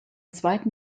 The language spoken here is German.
zweiten